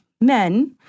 men